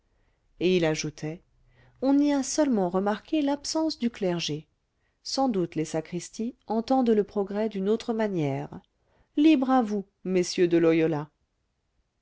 et il ajoutait on y a seulement remarqué l'absence du clergé sans doute les sacristies entendent le progrès d'une autre manière libre à vous messieurs de loyola